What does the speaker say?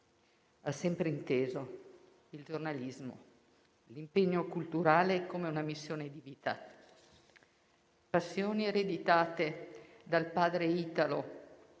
ha sempre inteso il giornalismo e l'impegno culturale come una missione di vita. Passioni ereditate dal padre Italo,